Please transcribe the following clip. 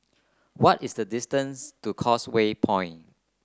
what is the distance to Causeway Point